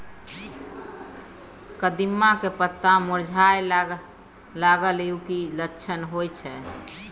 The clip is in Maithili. कदिम्मा के पत्ता मुरझाय लागल उ कि लक्षण होय छै?